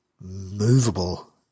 movable